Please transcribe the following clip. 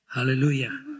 Hallelujah